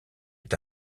est